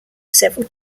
several